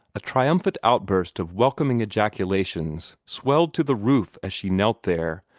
a triumphant outburst of welcoming ejaculations swelled to the roof as she knelt there,